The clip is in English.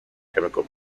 chemical